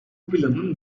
planın